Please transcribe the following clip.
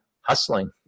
hustling